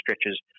stretches